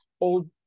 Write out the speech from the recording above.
old